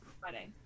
Friday